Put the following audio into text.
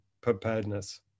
preparedness